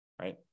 right